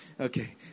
Okay